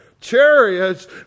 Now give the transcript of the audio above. Chariots